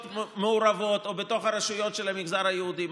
מעורבות או בתוך הרשויות של המגזר היהודי.